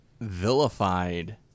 vilified